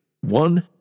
One